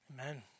Amen